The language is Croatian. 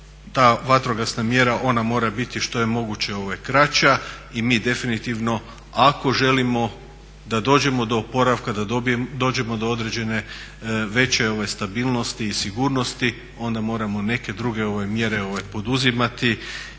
ta vatrogasna mjera ona mora biti što je moguće kraća i mi definitivno ako želimo da dođemo do oporavka, da dođemo do određene veće stabilnosti i sigurnosti onda moramo neke druge mjere poduzimati,